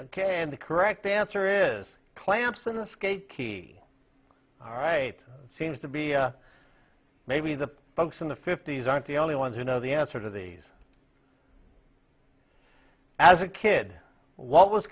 ok and the correct answer is clamps and the skate key alright seems to be maybe the folks in the fifties aren't the only ones who know the answer to these as a kid what was